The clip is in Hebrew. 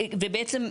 ובעצם,